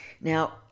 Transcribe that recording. now